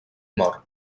mor